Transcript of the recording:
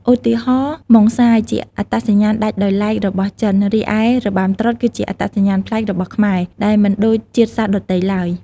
ឧទាហរណ៍ ម៉ុងសាយជាអត្តសញ្ញាណដាច់ដោយឡែករបស់ចិន រីឯ របាំត្រុដិ គឺជាអត្តសញ្ញាណប្លែករបស់ខ្មែរ ដែលមិនដូចជាតិសាសន៍ដទៃឡើយ។